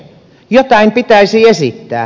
jotain pitäisi esittää